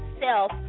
self